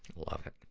love it.